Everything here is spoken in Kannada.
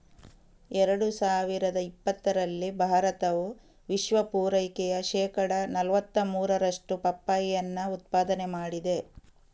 ಎರಡು ಸಾವಿರದ ಇಪ್ಪತ್ತರಲ್ಲಿ ಭಾರತವು ವಿಶ್ವ ಪೂರೈಕೆಯ ಶೇಕಡಾ ನಲುವತ್ತ ಮೂರರಷ್ಟು ಪಪ್ಪಾಯಿಯನ್ನ ಉತ್ಪಾದನೆ ಮಾಡಿದೆ